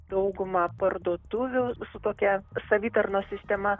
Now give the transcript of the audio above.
dauguma parduotuvių su tokia savitarnos sistema